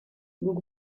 guk